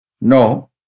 No